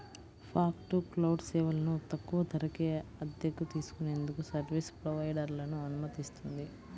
fog to cloud సేవలను తక్కువ ధరకే అద్దెకు తీసుకునేందుకు సర్వీస్ ప్రొవైడర్లను అనుమతిస్తుంది